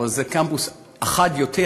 אבל זה קמפוס אחד יותר,